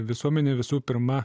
visuomenė visų pirma